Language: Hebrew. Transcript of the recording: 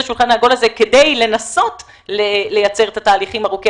השולחן העגול הזה כדי לנסות לייצר את התהליכים ארוכי